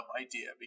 idea